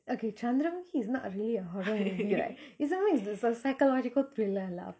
okay chandram he is not a really a horror movie lah it's psychological thriller lah